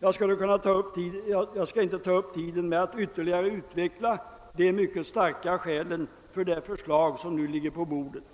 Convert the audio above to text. Jag skall inte ta upp tiden med att ytterligare utveckla de mycket starka skälen för det förslag som nu ligger på bordet.